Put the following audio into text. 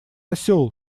осел